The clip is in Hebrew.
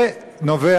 זה נובע,